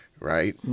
right